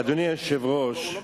אדוני היושב-ראש,